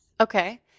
Okay